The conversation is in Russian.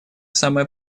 самое